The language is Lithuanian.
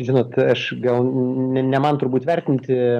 žinot aš gal n ne man turbūt vertinti